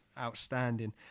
Outstanding